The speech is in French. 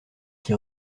qui